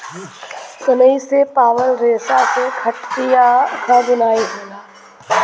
सनई से पावल रेसा से खटिया क बुनाई होला